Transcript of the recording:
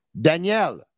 Danielle